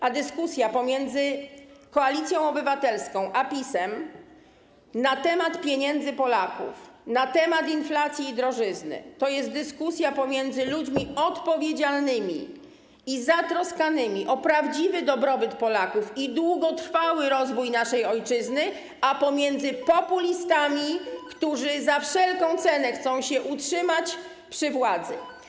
A dyskusja pomiędzy Koalicją Obywatelską a PiS-em na temat pieniędzy Polaków, na temat inflacji i drożyzny to jest dyskusja pomiędzy ludźmi odpowiedzialnymi i zatroskanymi o prawdziwy dobrobyt Polaków i długotrwały rozwój naszej ojczyzny a pomiędzy populistami, którzy za wszelką cenę chcą się utrzymać przy władzy.